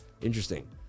Interesting